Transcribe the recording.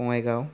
Bongaigaon